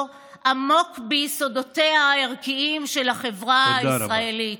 עמוק ביסודותיה הערכיים של החברה הישראלית.